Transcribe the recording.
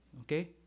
Okay